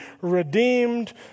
redeemed